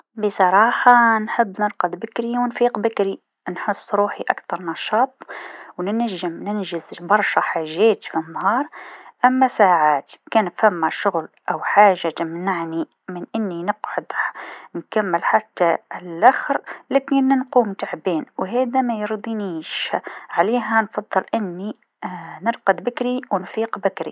بصراحه نحب نرقد بكري و نفيق بكري، نحس روحي أكثر نشاط و ننجم ننجز برشا حاجات في النهار أما ساعات كان فما شغل أو حاجه تمنعني من إني نقعد نكمل حتى لاخر لثنين نقوم تعبان و هذا مايرضنيش عليها نفضل نرقد بكري و نفيق بكري.